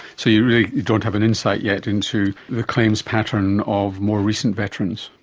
so you don't have an insight yet into the claims pattern of more recent veterans.